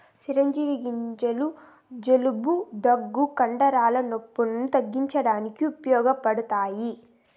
చిరోంజి గింజలు జలుబు, దగ్గు, కండరాల నొప్పులను తగ్గించడానికి ఉపయోగపడతాయి